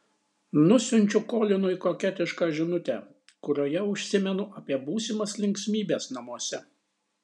nusiunčiu kolinui koketišką žinutę kurioje užsimenu apie būsimas linksmybes namuose